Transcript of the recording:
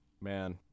Man